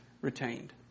retained